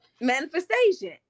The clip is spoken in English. manifestation